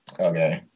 Okay